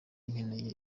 nkeneye